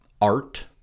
art